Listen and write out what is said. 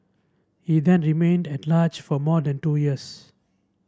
he then remained at large for more than two years